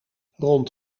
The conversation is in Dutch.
rond